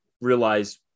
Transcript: realize